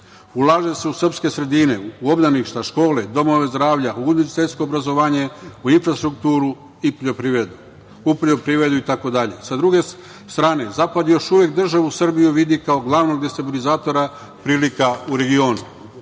Ulaže se u srpske sredine, u obdaništa, škole, domove zdravlja, obrazovanje, u infrastrukturu i poljoprivredu itd. Sa druge strane, zapad još uvek državu Srbiju vidi kao glavnog destabilizatora prilika u regionu.